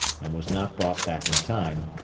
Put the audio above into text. and was not brought back in time,